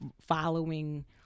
following